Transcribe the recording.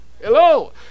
hello